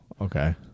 Okay